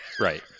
Right